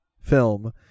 film